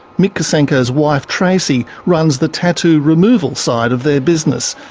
mick kosenko's wife tracey runs the tattoo removal side of their business,